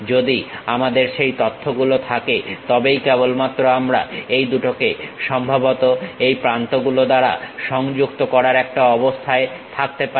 যদি আমাদের সেই তথ্যগুলো থাকে তবেই কেবল মাত্র আমরা এই দুটোকে সম্ভবত এই প্রান্তগুলো দ্বারা সংযুক্ত করার একটা অবস্থায় থাকতে পারি